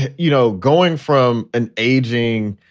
you know, going from an aging,